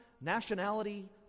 nationality